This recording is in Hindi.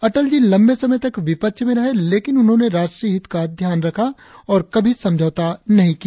अटल जी लंबे समय तक विपक्ष में रहे लेकिन उन्होंने राष्ट्रीय हित का ध्यान रखा और कभी समझौता नहीं किया